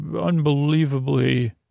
Unbelievably